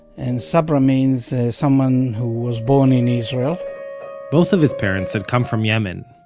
and sabra means someone who was born in israel both of his parents had come from yemen,